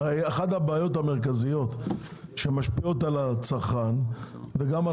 אחת הבעיות המרכזיות שמשפיעות על הצרכן וגם על